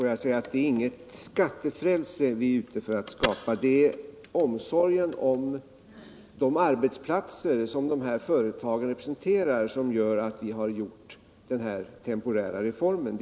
Herr talman! Det är inget skattefrälse vi är ute för att skapa. Det är omsorgen om de arbetsplatser som de här företagen representerar som har gjort att vi föreslagit denna temporära reform.